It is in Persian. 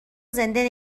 زنده